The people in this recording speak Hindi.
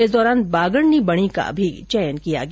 इस दौरान बागड नी बणी का चयन किया गया